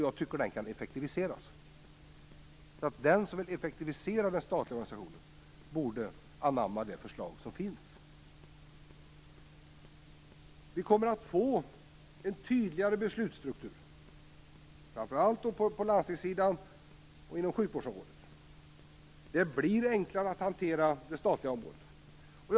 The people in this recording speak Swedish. Jag tycker att den kan effektiviseras. Den som vill effektivisera den statliga organisationen bör anamma det förslag som föreligger. Vi kommer att få en tydligare beslutsstruktur, framför allt på landstingssidan och inom sjukvårdsområdet. Det blir enklare att hantera det statliga området.